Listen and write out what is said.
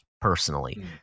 personally